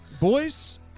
boys